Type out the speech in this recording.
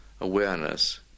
awareness